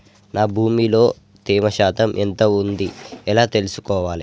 నా భూమి లో తేమ శాతం ఎంత ఉంది ఎలా తెలుసుకోవాలే?